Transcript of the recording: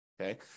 Okay